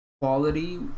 quality